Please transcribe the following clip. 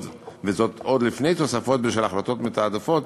וזאת עוד לפני תוספות בשל החלטות מתעדפות